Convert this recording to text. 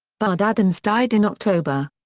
bud adams died in october.